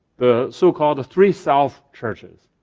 the so called three-self churches.